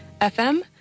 fm